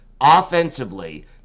offensively